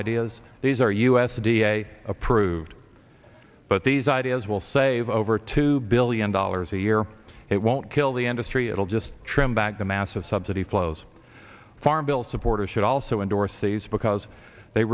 ideas these are u s d a approved but these ideas will save over two billion dollars a year it won't kill the industry it'll just trim back the massive subsidy flows farm bill supporters should also endorsees because they